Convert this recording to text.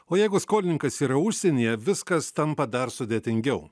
o jeigu skolininkas yra užsienyje viskas tampa dar sudėtingiau